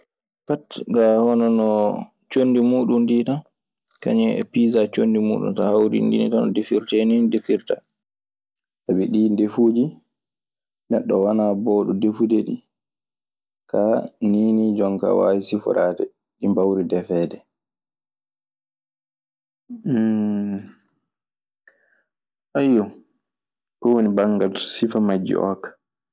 Pate kaa hono no conndi muuɗun ndii tann kañun e piisa conndi muuɗun. So a haɗrindini tanno defirtee nii ndefirtaa. Sabi ɗii ndefuuji neɗɗo wanaa boowɗp defude ɗi. Kaa, nii nii jon kaa waawi siforaade ɗi mbaawri defeede. Ayyo, ɗun woni banngal sifa majji oo kaa.